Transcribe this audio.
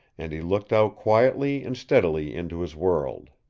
and he looked out quietly and steadily into his world.